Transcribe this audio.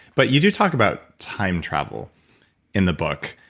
but you do talk about time travel in the book,